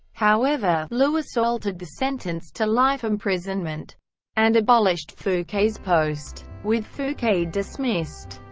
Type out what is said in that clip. however, louis altered the sentence to life-imprisonment and abolished fouquet's post. with fouquet dismissed,